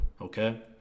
okay